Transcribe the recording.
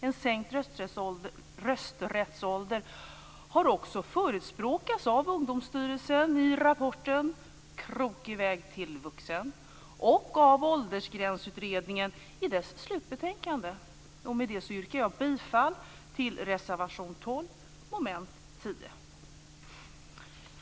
En sänkt rösträttsålder har också förespråkats av Ungdomsstyrelsen i rapporten Krokig väg till vuxen och av Åldersgränsutredningen i dess slutbetänkande. Med det yrkar jag bifall till reservation 12 under mom. 10.